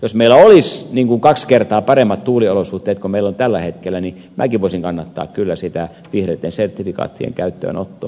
jos meillä olisi kaksi kertaa paremmat tuuliolosuhteet kuin meillä tällä hetkellä on niin minäkin voisin kannattaa sitä vihreitten sertifikaattien käyttöönottoa